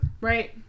Right